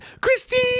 Christine